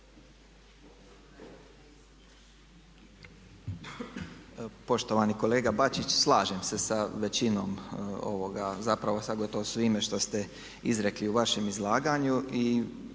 Poštovani kolega Bačić, slažem se sa većinom, zapravo sa gotovo svime što ste izrekli u vašem izlaganju i